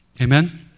Amen